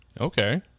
Okay